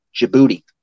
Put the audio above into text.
Djibouti